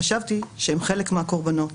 חשבתי שהם חלק מהקורבנות.